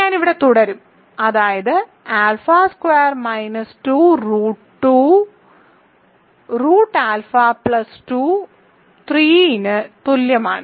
ഞാൻ ഇവിടെ തുടരും അതായത് alpha squared minus 2 root 2 root alpha plus 2 3 ന് തുല്യമാണ്